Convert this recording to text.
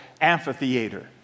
amphitheater